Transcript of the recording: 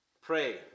Pray